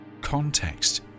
Context